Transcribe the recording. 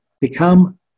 become